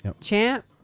Champ